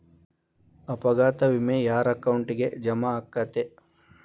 ಅಪಘಾತ ವಿಮೆ ಯಾರ್ ಅಕೌಂಟಿಗ್ ಜಮಾ ಆಕ್ಕತೇ?